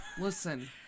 Listen